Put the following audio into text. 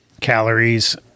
calories